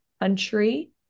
country